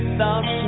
Thoughts